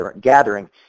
gathering